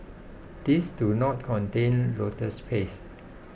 these do not contain lotus paste